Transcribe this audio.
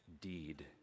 deed